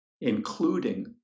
including